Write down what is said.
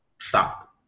stop